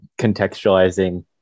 contextualizing